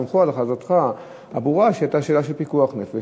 סמכו על הכרזתך הברורה שהייתה שאלה של פיקוח נפש.